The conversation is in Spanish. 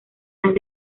las